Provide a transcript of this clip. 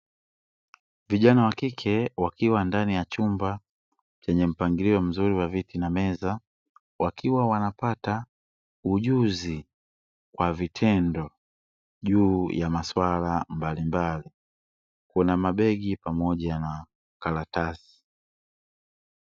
Vijana wa kike wakiwa ndani ya chumba chenye mpangilio mzuri wa viti na meza wakiwa wanapata ujuzi kwa vitendo juu ya maswala mbalimbali. Kuna mabegi pamoja na karatasi.